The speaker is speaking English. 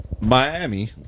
miami